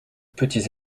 petits